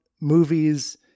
movies